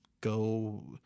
go